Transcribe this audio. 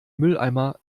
mülleimer